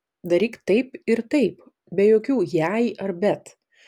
daryk taip ir taip be jokių jei ar bet